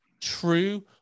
true